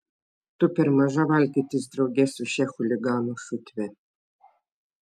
tu per maža valkiotis drauge su šia chuliganų šutve